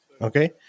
okay